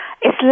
Islam